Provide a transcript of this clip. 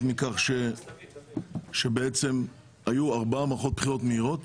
מכך שבעצם היו 4 מערכות בחירות מהירות